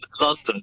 London